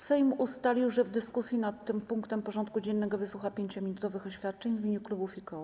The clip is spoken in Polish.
Sejm ustalił, że w dyskusji nad tym punktem porządku dziennego wysłucha 5-minutowych oświadczeń w imieniu klubów i koła.